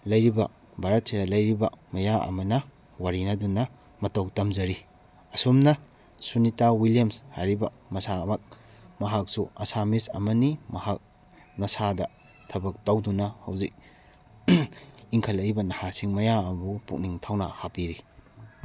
ꯂꯩꯔꯤꯕ ꯚꯥꯔꯠꯁꯤꯗ ꯂꯩꯔꯤꯕ ꯃꯌꯥꯝ ꯑꯃꯅ ꯋꯥꯔꯤꯅꯗꯨꯅ ꯃꯇꯧ ꯇꯝꯖꯔꯤ ꯑꯁꯨꯝꯅ ꯁꯨꯅꯤꯇꯥ ꯋꯤꯂꯤꯌꯝꯁ ꯍꯥꯏꯔꯤꯕ ꯃꯁꯥꯃꯛ ꯃꯍꯥꯛꯁꯨ ꯑꯁꯥꯝꯃꯤꯁ ꯑꯃꯅꯤ ꯃꯍꯥꯛ ꯃꯁꯥꯗ ꯊꯕꯛ ꯇꯧꯗꯨꯅ ꯍꯧꯖꯤꯛ ꯏꯪꯈꯠꯂꯛꯏꯕ ꯅꯍꯥꯁꯤꯡ ꯃꯌꯥꯝ ꯑꯃꯕꯨ ꯄꯨꯛꯅꯤꯡ ꯊꯧꯅꯥ ꯍꯥꯞꯄꯤꯔꯤ